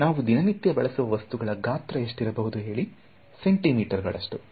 ನಾವು ದಿನನಿತ್ಯ ಬಳಸುವ ವಸ್ತುಗಳ ಗಾತ್ರ ಎಷ್ಟಿರಬಹುದು ಹೇಳಿ ಸೆಂಟಿ ಮೀಟರ್ ಗಳಷ್ಟು